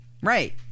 Right